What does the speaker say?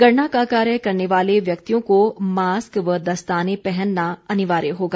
गणना का कार्य करने वाले व्यक्तियों को मास्क व दस्ताने पहनना अनिवार्य होगा